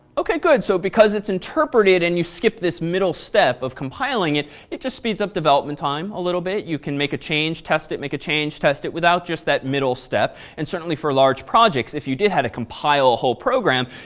ok, good. so because it's interpreted and you skip this middle step of compiling it, it just speeds up development time a little bit. you can make a change, test it, make a change, test it, without just that middle step. and certainly for large projects, if you did had a compile whole program,